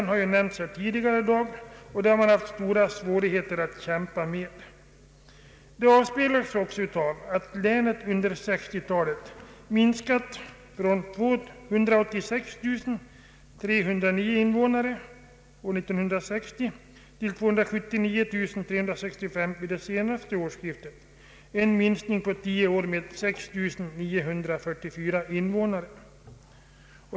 regionalpolitiken län har nämnts tidigare här i dag och där har man haft stora svårigheter att kämpa med. Detta avspeglas också i att länet under 1960-talet minskat från 286 309 invånare till 279365 vid det senaste årsskiftet en minskning på tio år med 6 944 invånare.